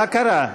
מה קרה?